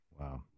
Wow